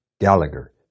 Gallagher